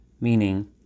meaning